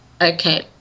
okay